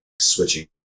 switching